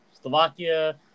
Slovakia